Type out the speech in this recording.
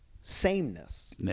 sameness